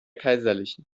kaiserlichen